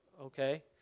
okay